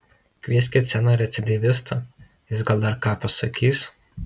kvieskit seną recidyvistą jis dar gal ką pasakys